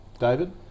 David